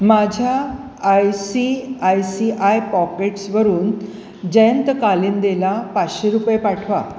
माझ्या I C I C I पॉकेट्सवरून जयंत कालिंदेला पाचशे रुपये पाठवा